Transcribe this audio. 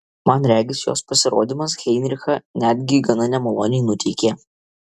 man regis jos pasirodymas heinrichą netgi gana nemaloniai nuteikė